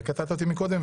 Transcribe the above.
וקטעת אותי מקודם,